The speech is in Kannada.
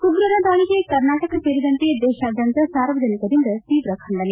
ಉಗ್ರರ ದಾಳಿಗೆ ಕರ್ನಾಟಕ ಸೇರಿದಂತೆ ದೇಶಾದ್ಯಂತ ಸಾರ್ವಜನಿಕರಿಂದ ತೀವ್ರ ಖಂಡನೆ